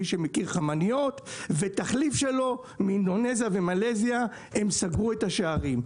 מי שמכיר חמניות ותחליף שלו מאינדונזיה ומלזיה הם סגרו את השערים.